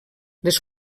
les